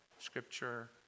Scripture